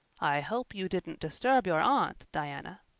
i hope you didn't disturb your aunt, diana.